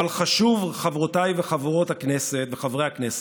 אבל חשוב, חברות וחברי הכנסת,